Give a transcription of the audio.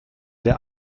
der